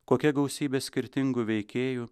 kokia gausybė skirtingų veikėjų